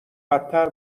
بدتر